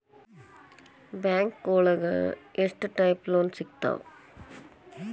ಬ್ಯಾಂಕೋಳಗ ಎಷ್ಟ್ types loan ಸಿಗ್ತಾವ?